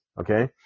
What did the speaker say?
Okay